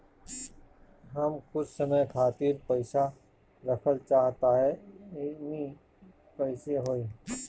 हम कुछ समय खातिर पईसा रखल चाह तानि कइसे होई?